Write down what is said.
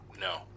no